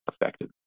effective